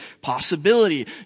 possibility